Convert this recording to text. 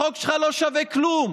החוק שלך לא שווה כלום.